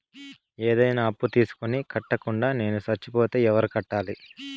ఏదైనా అప్పు తీసుకొని కట్టకుండా నేను సచ్చిపోతే ఎవరు కట్టాలి?